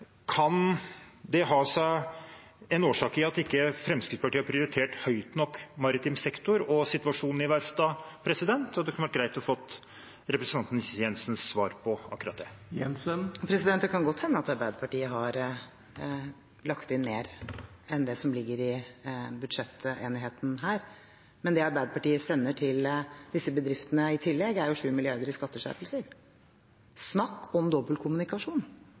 Kan det ha sin årsak i at Fremskrittspartiet ikke har prioritert maritim sektor og situasjonen i verftene høyt nok? Det kunne vært greit å få representanten Jensens svar på akkurat det. Det kan godt hende at Arbeiderpartiet har lagt inn mer enn det som ligger i budsjettenigheten her, men det Arbeiderpartiet sender til disse bedriftene i tillegg, er jo 7 mrd. kr i skatteskjerpelser. Snakk om